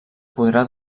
podrà